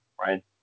right